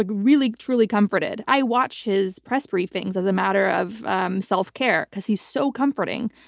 ah really truly comforted. i watch his press briefings as a matter of self-care because he's so comforting.